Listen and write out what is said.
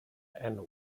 and